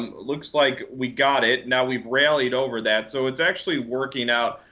um looks like we got it. now we've rallied over that. so it's actually working out.